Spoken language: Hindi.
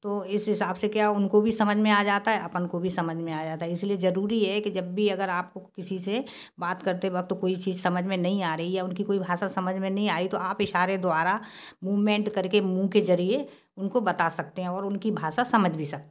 तो इस हिसाब से क्या उनको भी समझ में आ जाता है अपन को भी समझ में आ जाता है इसलिए ज़रूरी यह है कि जब भी अगर आपको किसी से बात करते वक्त कोई चीज़ समझ में नहीं आ रही है या उनकी कोई भाषा समझ में नहीं आ रही है तो आप इशारे द्वारा मूवमेंट करके मुँह के जरिए उनको बता सकते हैं और उनकी भाषा समझ भी सकते हैं